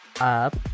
up